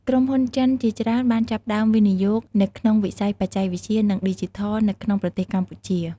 ក្រុមហ៊ុនចិនជាច្រើនបានចាប់ផ្តើមវិនិយោគនៅក្នុងវិស័យបច្ចេកវិទ្យានិងឌីជីថលនៅក្នុងប្រទេសកម្ពុជា។